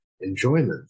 enjoyment